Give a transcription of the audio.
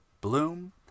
bloom